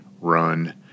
run